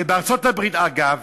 ובארצות-הברית, אגב,